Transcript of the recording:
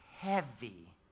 Heavy